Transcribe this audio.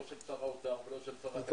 לא של שר האוצר ולא של שרת הקליטה.